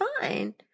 fine